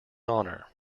honor